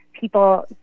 people